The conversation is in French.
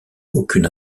aucune